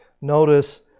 Notice